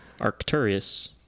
Arcturus